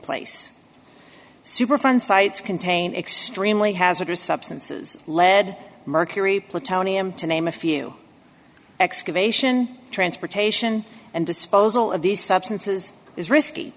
place superfund sites contain extremely hazardous substances lead mercury plutonium to name a few excavation transportation and disposal of these substances is risky